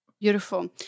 Beautiful